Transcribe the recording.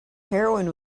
heroin